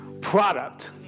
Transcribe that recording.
product